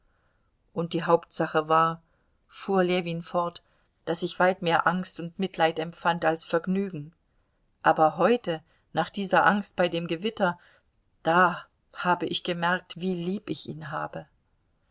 und die hauptsache war fuhr ljewin fort daß ich weit mehr angst und mitleid empfand als vergnügen aber heute nach dieser angst bei dem gewitter da habe ich gemerkt wie lieb ich ihn habe